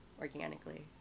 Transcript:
organically